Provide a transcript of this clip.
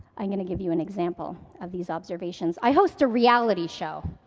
i'm going to give you an example of these observations. i host a reality show,